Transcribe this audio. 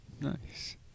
Nice